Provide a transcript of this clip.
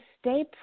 stay